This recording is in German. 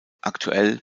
aktuell